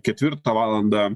ketvirtą valandą